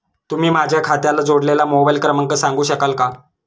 तुम्ही माझ्या खात्याला जोडलेला मोबाइल क्रमांक सांगू शकाल का?